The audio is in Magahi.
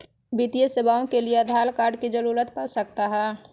वित्तीय सेवाओं के लिए आधार कार्ड की जरूरत पड़ सकता है?